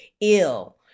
ill